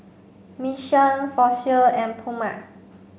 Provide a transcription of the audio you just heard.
Mission Fossil and Puma